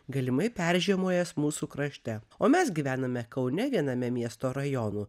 galimai peržiemojęs mūsų krašte o mes gyvename kaune viename miesto rajonų